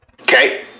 Okay